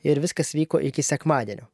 ir viskas vyko iki sekmadienio